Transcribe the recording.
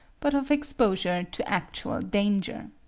but of exposure to actual danger.